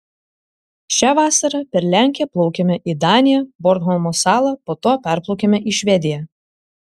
šią vasarą per lenkiją plaukėme į daniją bornholmo salą po to perplaukėme į švediją